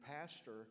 pastor